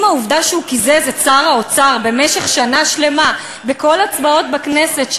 אם העובדה היא שהוא קיזז את שר האוצר במשך שנה שלמה בכל ההצבעות בכנסת,